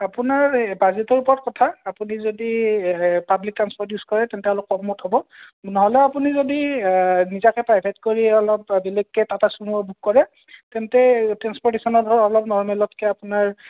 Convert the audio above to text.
আপোনাৰ এই বাজেটৰ ওপৰত কথা আপুনি যদি পাব্লিক ট্ৰাঞ্চপৰ্ট ইউজ কৰে তেন্তে অলপ কমত হ'ব নহ'লে আপুনি যদি নিজাকৈ প্ৰাইভেট কৰি অলপ বেলেগকৈ টাটা চুমু বুক কৰে তেন্তে ট্ৰেঞ্চপৰ্টেচনৰ ধৰক অলপ নৰ্মেলতকৈ আপোনাৰ